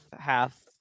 half